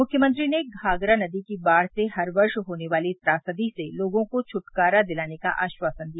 मुख्यमंत्री ने घाघरा नदी की बाढ़ से हर वर्ष होने वाली त्रासदी से लोगों को छुटकारा दिलाने का आश्वासन दिया